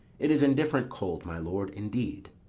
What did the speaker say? it is indifferent cold, my lord, indeed.